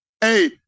hey